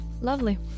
Lovely